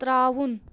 ترٛاوُن